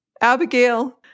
Abigail